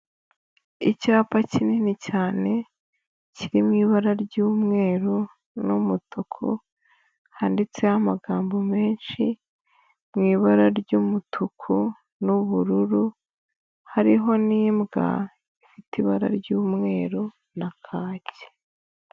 Icyapa kinini cyane, kiri mu ibara ry'umweru n'umutuku, handitseho amagambo menshi mu ibara ry'umutuku n'ubururu, hariho n'imbwa ifite ibara ry'umweru na kake.